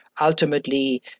ultimately